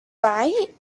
right